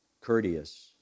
courteous